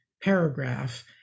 paragraph